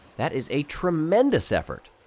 that is a tremendous effort.